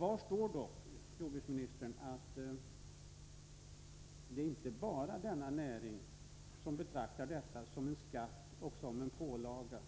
Kvar står dock, herr jordbruksminister, att det inte bara är denna näring som betraktar avgiften som en skatt och en pålaga.